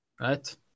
right